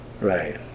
Right